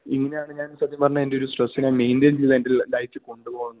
ഇങ്ങനെയാണ് ഞാൻ സത്യം പറഞ്ഞാ എൻറ്റൊരു സ്ട്രെസ്സിനെ മെയിൻ്റയിൻ ചെയ്തു എൻറ്റൊരു ഡയറ്റ് കൊണ്ടു പോന്നത്